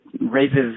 raises